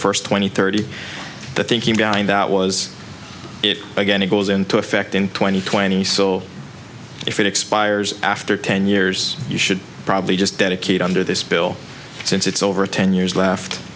first twenty thirty the thinking behind that was it again it goes into effect in two thousand and twenty so if it expires after ten years you should probably just dedicate under this bill since it's over ten years left